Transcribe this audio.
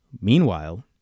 Meanwhile